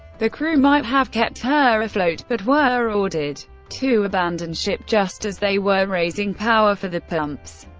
the crew might have kept her afloat, but were ordered to abandon ship just as they were raising power for the pumps.